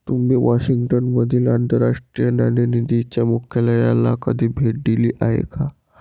तुम्ही वॉशिंग्टन मधील आंतरराष्ट्रीय नाणेनिधीच्या मुख्यालयाला कधी भेट दिली आहे का?